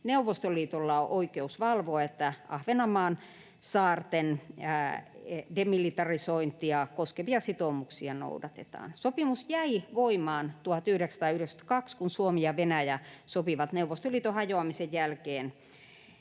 Neuvostoliitolla on oikeus valvoa, että Ahvenanmaan saarten demilitarisointia koskevia sitoumuksia noudatetaan. Sopimus jäi voimaan 1992, kun Suomi ja Venäjä sopivat Neuvostoliiton hajoamisen jälkeen